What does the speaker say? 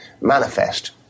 manifest